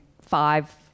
five